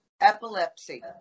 epilepsy